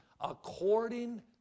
according